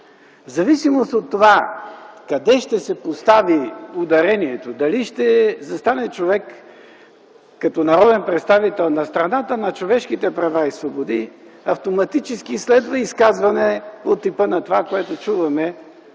В зависимост от това къде ще се постави ударението – дали човек като народен представител ще застане на страната на човешките права и свободи, автоматически следва изказване от типа на онова, което чуваме